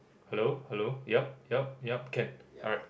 hello hello yup yup yup can alright